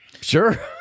Sure